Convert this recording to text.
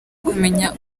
kumenya